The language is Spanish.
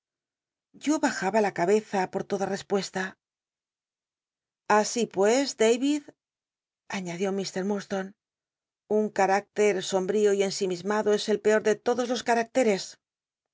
yo bajaba la cabeza por toda respuesta así pues david aiiadió mr iuidstonc un carácter somb y ensimismado es el peor de lodos los